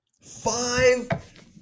five